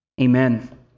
Amen